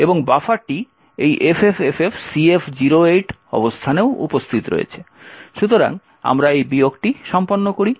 এবং বাফারটি এই FFFFCF08 অবস্থানে উপস্থিত রয়েছে । সুতরাং আমরা এই বিয়োগটি সম্পন্ন করি